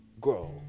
grow